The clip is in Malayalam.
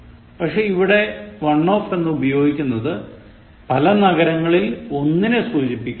പക്ഷേ ഇവിടെ one of എന്നുപയോഗിക്കുന്നത് പല നഗരങ്ങളിൽ ഒന്നിനെ സൂചിപ്പിക്കാനാണ്